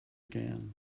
again